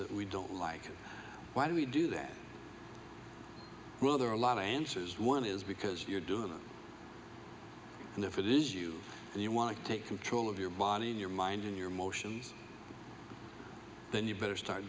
that we don't like why do we do that rather a lot of answers one is because you're doing it and if it is you and you want to take control of your body in your mind in your motions then you better start